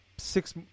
six